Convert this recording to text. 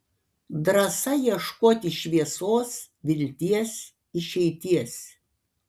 drąsa ieškoti šviesos vilties išeities